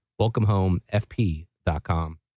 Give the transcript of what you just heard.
welcomehomefp.com